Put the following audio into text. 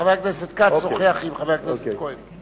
חבר הכנסת כץ שוחח עם חבר הכנסת כהן.